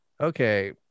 Okay